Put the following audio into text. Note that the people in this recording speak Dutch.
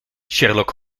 sherlock